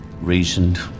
reasoned